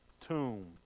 tomb